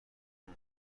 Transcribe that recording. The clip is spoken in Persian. اون